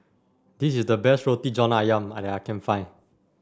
this is the best Roti John ayam at I can find